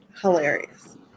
Hilarious